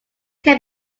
can